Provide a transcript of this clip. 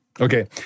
Okay